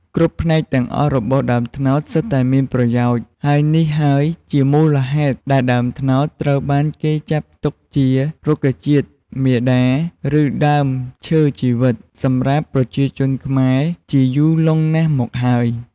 គ្រប់ផ្នែកទាំងអស់របស់ដើមត្នោតសុទ្ធតែមានប្រយោជន៍ ហើយនេះហើយជាមូលហេតុដែលដើមត្នោតត្រូវបានគេចាត់ទុកជា រុក្ខជាតិមាតា ឬដើមឈើជីវិត សម្រាប់ប្រជាជនខ្មែរជាយូរលង់ណាស់មកហើយ។